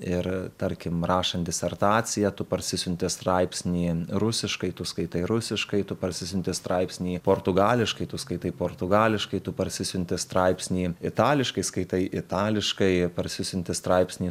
ir tarkim rašant disertaciją tu parsisiunti straipsnį rusiškai tu skaitai rusiškai tu parsisiunti straipsnį portugališkai tu skaitai portugališkai tu parsisiunti straipsnį itališkai skaitai itališkai parsisiunti straipsnį